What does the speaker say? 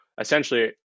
essentially